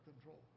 control